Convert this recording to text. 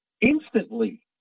instantly